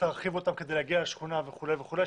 להרחיב אותם כדי להגיע לשכונה וכולי וכולי.